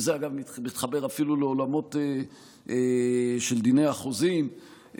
וזה אגב מתחבר אפילו לעולמות של דיני החוזים,